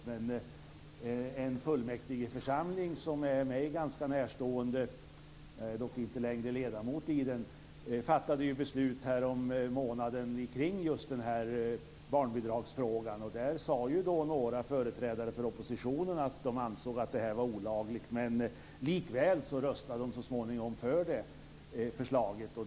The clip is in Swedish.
En mig ganska närstående fullmäktigeförsamling - jag är dock inte längre ledamot av den - fattade beslut härommånaden kring just barnbidragsfrågan. Där sade några företrädare för oppositionen att man ansåg att detta var olagligt. Likväl röstade man så småningom för förslaget.